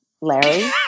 Larry